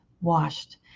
washed